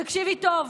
תקשיבי טוב,